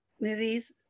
movies